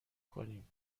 کنیم